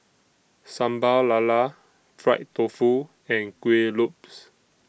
Sambal Lala Fried Tofu and Kueh Lopes